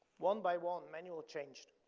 one by one, manual changed.